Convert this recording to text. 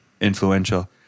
influential